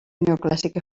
neoclàssica